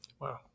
Wow